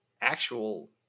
actual